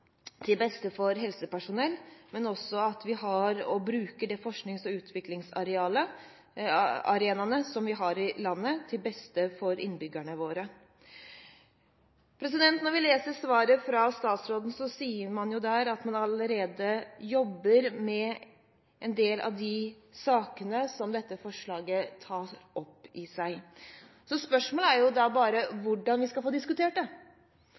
til beste for alle som trenger legemidler, og til beste for helsepersonell, men vi må også bruke de forsknings- og utviklingsarenaene vi har i landet, til beste for innbyggerne våre. Når vi leser svaret fra statsråden, sies det jo der at man allerede jobber med en del av de sakene som dette forslaget tar opp, så spørsmålet er da bare hvordan vi skal få diskutert det